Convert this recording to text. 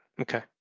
Okay